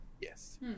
yes